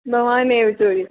भवानेव चोरि